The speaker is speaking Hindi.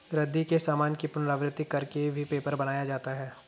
रद्दी के सामान की पुनरावृति कर के भी पेपर बनाया जाता है